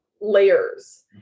layers